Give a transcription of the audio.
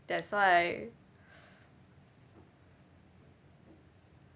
that's why